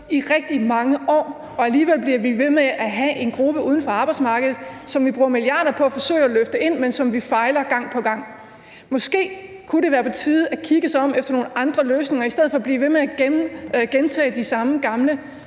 i rigtig mange år, og alligevel bliver vi ved med at have en gruppe uden for arbejdsmarkedet, som vi bruger milliarder på at forsøge at løfte ind, men hvor vi fejler gang på gang. Måske kunne det være på tide at kigge sig om efter nogle andre løsninger i stedet for at blive ved med at gentage de samme gamle